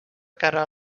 cara